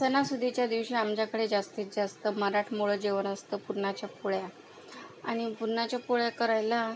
सणासुदीच्या दिवशी आमच्याकडे जास्तीत जास्त मराठमोळं जेवण असतं पुरणाच्या पोळ्या आणि पुरणाच्या पोळ्या करायला